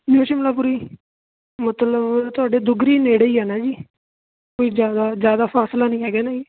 ਮੈਂ ਸ਼ਿਮਲਾਪੁਰੀ ਮਤਲਬ ਤੁਹਾਡੇ ਦੁੱਗਰੀ ਨੇੜੇ ਹੀ ਆ ਨਾ ਜੀ ਕੋਈ ਜ਼ਿਆਦਾ ਜ਼ਿਆਦਾ ਫਾਸਲਾ ਨਹੀਂ ਹੈਗਾ ਜੀ